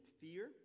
fear